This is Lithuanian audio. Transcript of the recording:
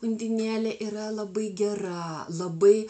undinėlė yra labai gera labai